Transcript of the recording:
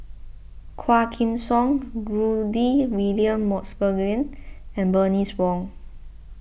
Quah Kim Song Rudy William Mosbergen and Bernice Wong